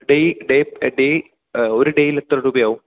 ഡേയ് day day ഒരു ഡേയിൽ എത്ര രൂപയാവും